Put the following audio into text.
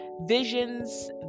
Visions